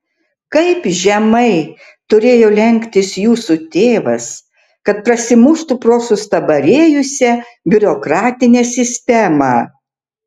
kaip žemai turėjo lenktis jūsų tėvas kad prasimuštų pro sustabarėjusią biurokratinę sistemą